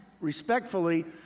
respectfully